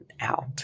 out